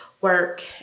work